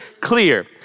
clear